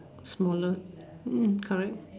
smaller mm correct